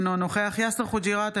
אינו נוכח יאסר חוג'יראת,